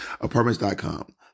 Apartments.com